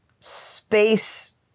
space